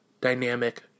dynamic